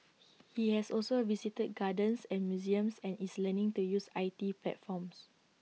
he has also visited gardens and museums and is learning to use I T platforms